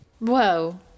Whoa